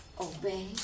obey